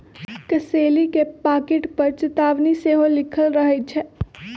कसेली के पाकिट पर चेतावनी सेहो लिखल रहइ छै